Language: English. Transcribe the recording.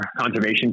conservation